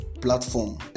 platform